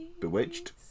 Bewitched